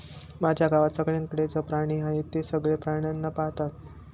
माझ्या गावात सगळ्यांकडे च प्राणी आहे, ते सगळे प्राण्यांना पाळतात